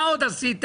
מה עוד עשיתם,